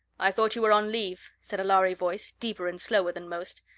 i thought you were on leave, said a lhari voice, deeper and slower than most.